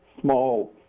small